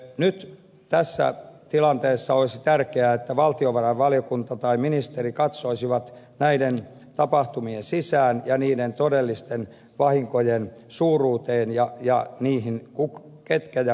nyt tässä tilanteessa olisi tärkeää että valtiovarainvaliokunta tai ministeri katsoisivat näiden tapahtumien sisään ja niiden todellisten vahinkojen suuruuteen ja siihen miten ne ovat aiheuttaneet